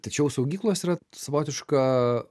tačiau saugyklos yra savotiška